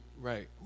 Right